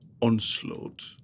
onslaught